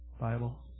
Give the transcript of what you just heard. Bible